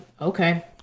okay